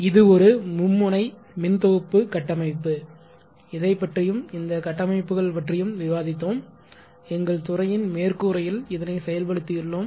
இது ஒரு மும்முனை மின்தொகுப்பு கட்டமைப்பு இதைப் பற்றியும் இந்த கட்டமைப்புகள் பற்றியும் விவாதித்தோம் எங்கள் துறையின் மேற்கூரையில் இதனை செயல்படுத்தியுள்ளோம்